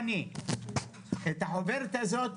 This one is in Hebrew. אבל אני לא מוכנה -- אני כרגע מדבר מתוך